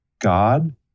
god